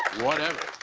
whatever.